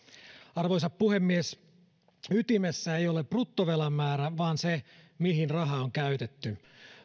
arvoisa puhemies ytimessä ei ole bruttovelan määrä vaan se mihin raha on käytetty